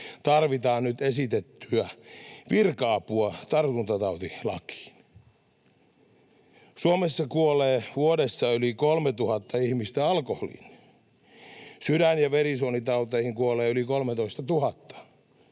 tarvitaan nyt esitettyä virka-apua tartuntatautilakiin? Suomessa kuolee vuodessa yli 3 000 ihmistä alkoholiin, sydän- ja verisuonitauteihin kuolee yli 13 000,